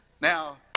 Now